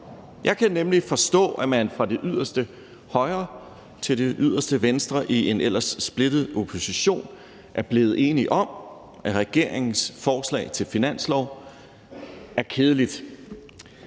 Jeg kan forstå, at man fra det yderste højre til det yderste venstre i en ellers splittet opposition er blevet enige om, at regeringens forslag til finanslov er kedeligt.